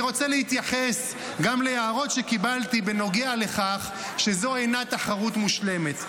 אני רוצה להתייחס גם להערות שקיבלתי בנוגע לכך שזו אינה תחרות מושלמת.